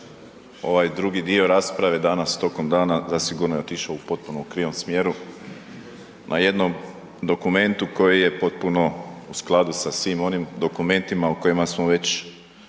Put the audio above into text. ovaj drugi dio rasprave danas tokom dana zasigurno je otišao u potpuno krivom smjeru, na jednom dokumentu koji je potpuno u skladu sa svim onim dokumentima o kojima smo već